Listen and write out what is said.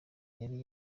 yari